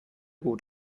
gut